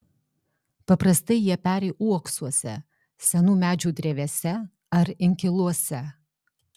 paprastai jie peri uoksuose senų medžių drevėse ar inkiluose